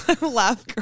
laugh